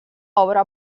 obra